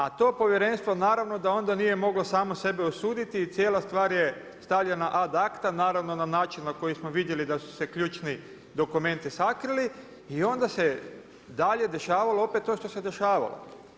A to povjerenstvo naravno da onda nije moglo samo sebe osuditi i cijela stvar je stavljena adacta naravno na način na koji smo vidjeli da su se ključni dokumenti sakrili i onda se dalje dešavalo opet to što se dešavalo.